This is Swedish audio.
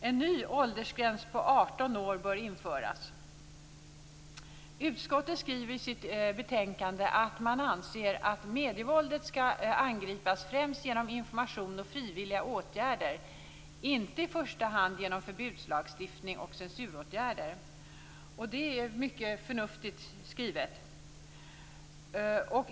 En ny åldersgräns på 18 år bör införas. Utskottet skriver i sitt betänkande att man anser att medievåldet skall angripas främst genom information och frivilliga åtgärder, inte i första hand genom förbudslagstiftning och censuråtgärder. Det är mycket förnuftigt skrivet.